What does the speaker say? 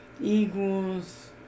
equals